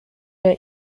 der